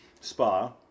spa